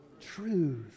truth